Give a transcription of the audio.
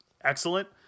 excellent